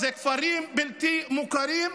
זה כפרים בלתי מוכרים,